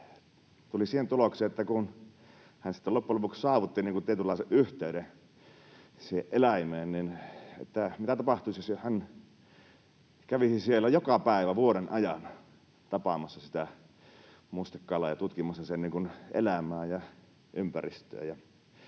tuli siihen tulokseen, kun hän sitten loppujen lopuksi saavutti tietynlaisen yhteyden siihen eläimeen, että mitä tapahtuisi, jos hän kävisi siellä joka päivä vuoden ajan tapaamassa sitä mustekalaa ja tutkimassa sen elämää ja ympäristöä.